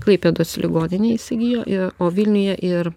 klaipėdos ligoninė įsigijo i o vilniuje ir